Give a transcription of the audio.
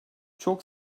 çok